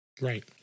Right